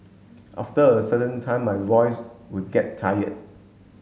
after a certain time my voice would get tired